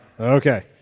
Okay